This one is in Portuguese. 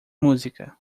música